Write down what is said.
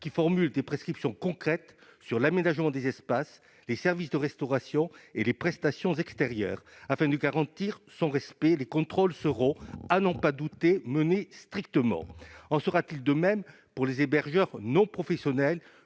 qui énonce des prescriptions concrètes sur l'aménagement des espaces, des services de restauration et des prestations extérieures. Afin de garantir son respect, des contrôles seront, à n'en pas douter, menés strictement. En ira-t-il de même pour les hébergeurs non professionnels